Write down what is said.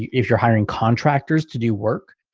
if you're hiring contractors to do work,